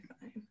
fine